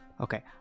Okay